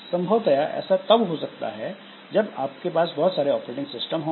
संभवतया ऐसा तब हो सकता है जब बहुत सारे ऑपरेटिंग सिस्टम हों